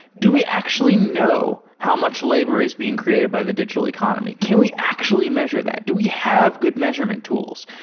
do we actually know how much labor is being created by the digital economy? can we actually measure that? do we have good measurement tools?